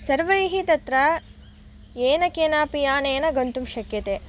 सर्वैः तत्र येन केनापि यानेन गन्तुं शक्यते